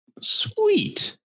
Sweet